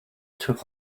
took